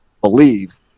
believes